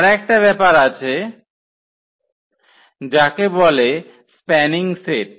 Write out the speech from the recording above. আর একটা ব্যাপার আছে যাকে বলে স্প্যানিং সেট